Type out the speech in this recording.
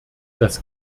das